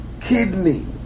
kidney